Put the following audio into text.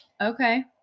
Okay